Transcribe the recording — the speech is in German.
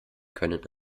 können